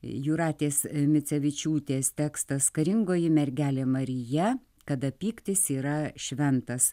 jūratės micevičiūtės tekstas karingoji mergelė marija kada pyktis yra šventas